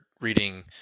reading